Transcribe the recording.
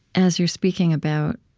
as you're speaking about